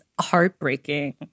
heartbreaking